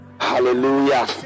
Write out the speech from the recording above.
Hallelujah